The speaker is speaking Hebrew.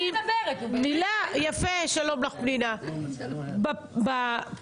מה, היא בקושי מדברת --- יפה, שלום לך, פנינה.